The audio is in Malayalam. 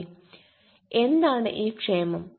അതെ പോലെ എന്താണ് ഈ ക്ഷേമം